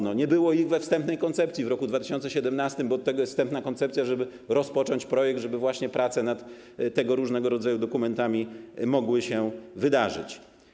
Nie było ich we wstępnej koncepcji w roku 2017, bo od tego jest wstępna koncepcja, żeby rozpocząć projekt, żeby właśnie prace nad tego różnego rodzaju dokumentami mogły się wydarzyć.